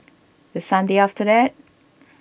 the Sunday after that